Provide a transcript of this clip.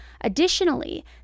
Additionally